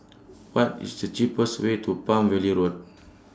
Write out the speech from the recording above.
What IS The cheapest Way to Palm Valley Road